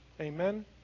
Amen